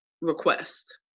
request